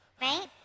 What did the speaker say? right